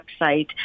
website